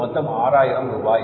மொத்தம் 6000 ரூபாய்